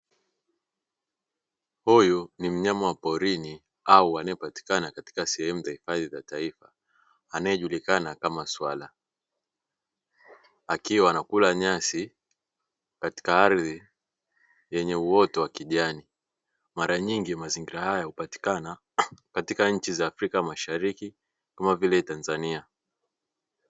Huyu ni mnyama wa porini au anayepatikana katika sehemu mbalimbali za taifa, anayejulikana kama swala, akiwa anakula nyasi katika ardhi yenye uoto wa kijani. Mara nyingi mazingira haya hupatikana katika nchi za Afrika mashariki, kama vile Tanzania.